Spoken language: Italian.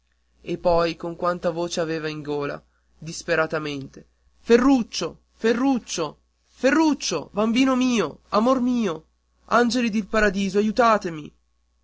e poi con quanta voce avea in gola disperatamente ferruccio ferruccio ferruccio bambino mio amor mio angeli del paradiso aiutatemi